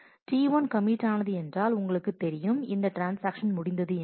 T1 commit ஆனது என்றால் உங்களுக்கு தெரியும் இந்த ட்ரான்ஸாக்ஷன் முடிந்தது என்று